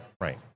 Right